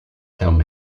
him